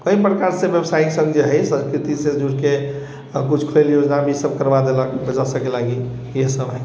कइ प्रकार से व्यवसायिक संघ जे है संस्कृति से जुड़के आओर किछु खेल योजना इसब भी करबा देलक बच्चा सबके लागी इहे सब है